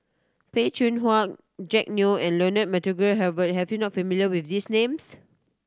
Peh Chin Hua Jack Neo and Leonard Montague Harrod have you not familiar with these names